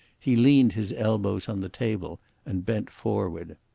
he leaned his elbows on the table and bent forward.